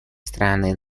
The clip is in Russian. страны